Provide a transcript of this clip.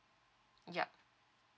yup